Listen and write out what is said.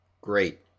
Great